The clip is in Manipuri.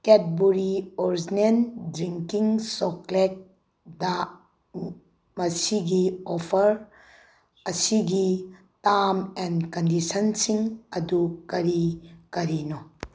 ꯀꯦꯠꯕꯨꯔꯤ ꯑꯣꯔꯤꯖꯤꯅꯦꯜ ꯗ꯭ꯔꯤꯡꯀꯤꯡ ꯆꯣꯀ꯭ꯂꯦꯠꯗ ꯃꯁꯤꯒꯤ ꯑꯣꯐꯔ ꯑꯁꯤꯒꯤ ꯇꯥꯝ ꯑꯦꯟ ꯀꯟꯗꯤꯁꯟꯁꯤꯡ ꯑꯗꯨ ꯀꯔꯤ ꯀꯔꯤꯅꯣ